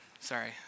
Sorry